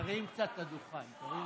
תרים קצת את הדוכן.